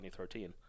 2013